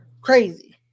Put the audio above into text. crazy